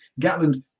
Gatland